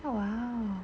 !wow!